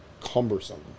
cumbersome